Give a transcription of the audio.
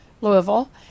Louisville